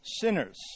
sinners